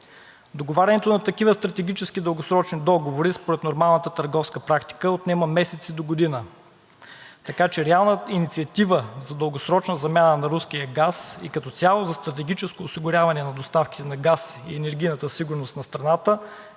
Договарянето на такива стратегически дългосрочни договори според нормалната търговска практика отнема месеци до година, така че реална инициатива за дългосрочна замяна на руския газ и като цяло за стратегическо осигуряване на доставките на газ и енергийната сигурност на страната